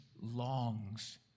longs